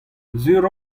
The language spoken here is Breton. sur